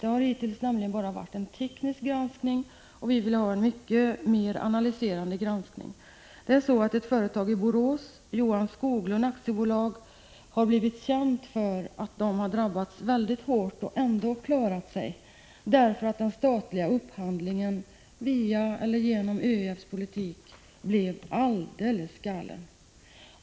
Hittills har man nämligen bara genomfört en teknisk granskning, och vi vill ha en mycket mer analyserande granskning. Ett företag i Borås, Johan Skoglund AB, har blivit känt för att det har drabbats hårt av att den statliga upphandlingen via ÖEF genomförts på ett alldeles galet sätt.